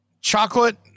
chocolate